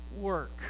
work